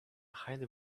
highly